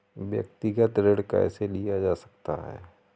व्यक्तिगत ऋण कैसे लिया जा सकता है?